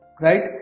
right